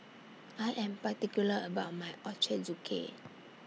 I Am particular about My Ochazuke